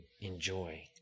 enjoy